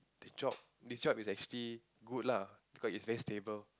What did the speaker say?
the job the job is actually good lah because it's very stable